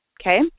okay